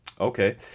Okay